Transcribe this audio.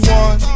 one